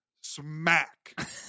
smack